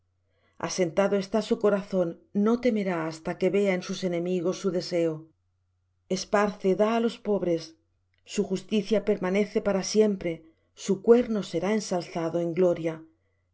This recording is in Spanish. asentado está su corazón no temerá hasta que vea en sus enemigos su deseo esparce da á los pobres su justicia permanece para siempre su cuerno será ensalzado en gloria